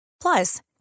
Plus